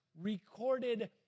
recorded